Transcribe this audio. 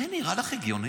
זה נראה לך הגיוני?